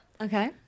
Okay